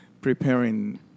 preparing